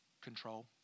Control